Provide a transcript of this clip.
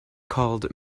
called